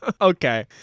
Okay